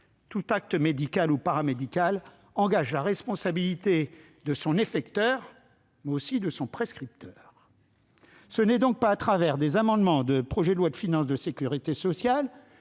tout acte médical ou paramédical engage la responsabilité non seulement de son effecteur, mais aussi de son prescripteur. Ce n'est donc pas à travers des amendements au projet de loi de financement de la sécurité sociale